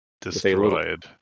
Destroyed